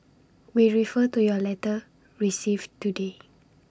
we refer to your letter received today